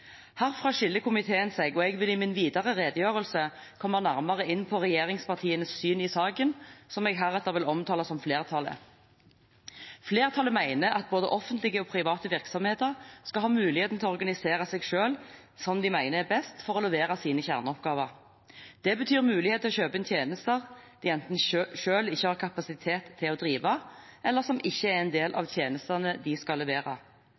Herfra skiller komiteen seg, og jeg vil i min videre redegjørelse komme nærmere inn på regjeringspartienes – som jeg heretter vil omtale som flertallet – syn i saken. Flertallet mener at både offentlige og private virksomheter skal ha muligheten til selv å organisere seg slik de mener er best for å levere sine kjerneoppgaver. Det betyr mulighet til å kjøpe tjenester de enten selv ikke har kapasitet til å drive, eller som ikke er en del av tjenestene de skal levere.